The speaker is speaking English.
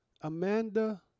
Amanda